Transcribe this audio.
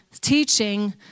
teaching